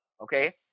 okay